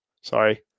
sorry